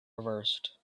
reversed